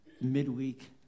midweek